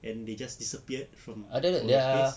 and they just disappeared from all the place